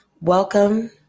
welcome